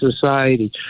society